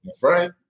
right